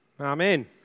Amen